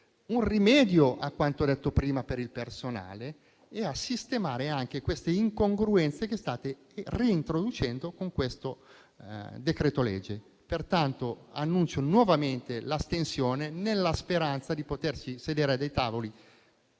un rimedio a quanto detto prima per il personale e a sistemare anche le incongruenze che state reintroducendo con il decreto-legge in esame. Pertanto, annuncio nuovamente l'astensione, nella speranza di poterci sedere a dei tavoli